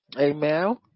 Amen